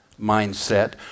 mindset